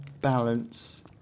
balance